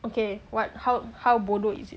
okay what how how bodoh is it